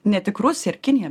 ne tik rusija ir kinija